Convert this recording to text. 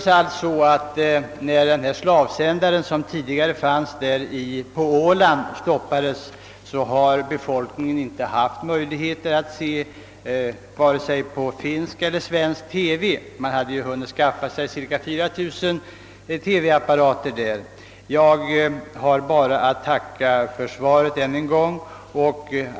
Sedan den slavsändare som tidigare fanns på Åland stoppats har befolkningen inte haft möjligheter att se vare sig finsk eller svensk TV, och man hade då sändningarna upphörde redan hunnit skaffa sig cirka 4 000 TV-apparater. Jag har bara att ännu en gång tacka för svaret.